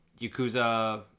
yakuza